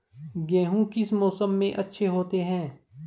गेहूँ किस मौसम में अच्छे होते हैं?